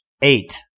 Eight